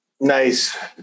Nice